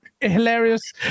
hilarious